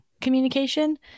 communication